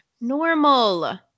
normal